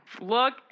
Look